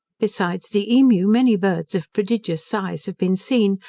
besides the emu, many birds of prodigious size have been seen,